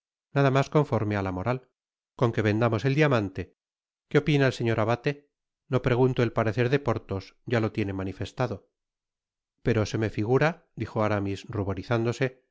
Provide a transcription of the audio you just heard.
nada mas conforme á la moral con qué vendamos el diamante qué opina el señor abate no pregunto el parecer de porthos ya lo tiene manisfestado pero se me figura dijo aramis ruborizándose